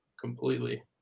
completely